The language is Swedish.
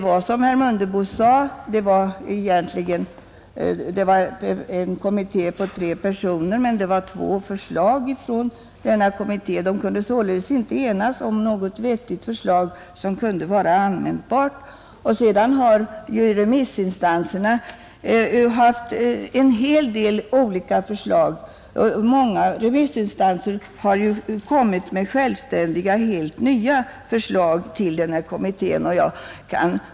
Kommittén bestod, som herr Mundebo sade, av tre personer men den kom fram till två förslag. Den kunde således inte enas om något vettigt och användbart förslag. Vidare har ju remissinstanserna framfört en hel del olika förslag. Många remissinstanser har kommit med helt nya och självständiga förslag till kommittén.